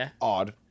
odd